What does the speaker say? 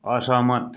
असहमत